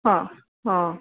હ હ